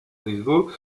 brisgau